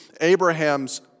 Abraham's